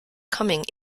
coming